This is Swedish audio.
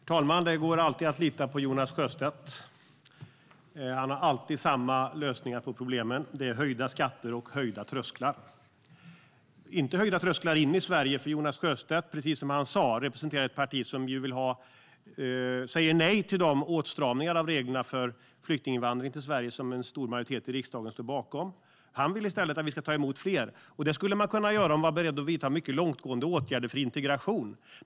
Herr talman! Det går alltid att lita på Jonas Sjöstedt. Han har alltid samma lösningar på problemen, nämligen höjda skatter och höjda trösklar. Men det är inte höjda trösklar in i Sverige, för precis som Jonas Sjöstedt sa representerar han ett parti som säger nej till de åtstramningar av reglerna för flyktinginvandring till Sverige som en stor majoritet står bakom. Han vill i stället att vi ska ta emot fler, och det skulle man kunna göra om man var beredd att vidta mycket långtgående åtgärder för integration.